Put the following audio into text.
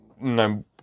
No